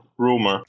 Rumor